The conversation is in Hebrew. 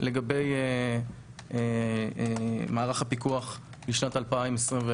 לגבי מהלך הפיקוח לשנת 2021,